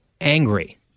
angry